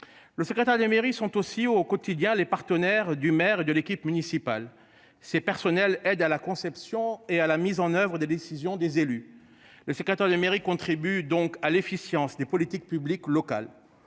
Le secrétaire de mairie sont aussi au quotidien les partenaires du maire et de l'équipe municipale c'est personnels, aide à la conception et à la mise en oeuvre des décisions des élus. Le secrétaire de mairie contribue donc à l'efficience des politiques publiques locales